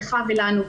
לך ולנו.